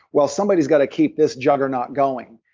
well somebody's got to keep this juggernaut going,